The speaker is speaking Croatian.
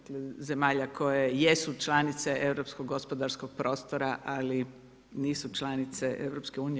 Dakle, zemalja koje jesu članice europskog gospodarskog prostora, ali nisu članice EU.